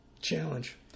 challenge